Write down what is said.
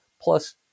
plus